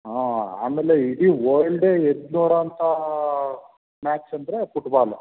ಹಾಂ ಆಮೇಲೆ ಇಡೀ ವರ್ಲ್ದೇ ಎದ್ದು ನೋಡೊಂಥಾ ಮ್ಯಾಚ್ ಅಂದರೆ ಪುಟ್ಬಾಲ್